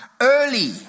early